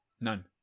None